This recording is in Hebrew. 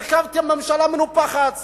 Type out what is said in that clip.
הרכבתם ממשלה מנופחת,